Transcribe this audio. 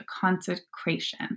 consecration